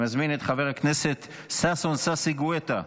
אני מזמין את חבר הכנסת ששון ששי גואטה,